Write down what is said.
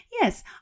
Yes